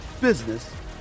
business